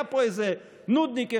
היה פה איזה נודניק אחד,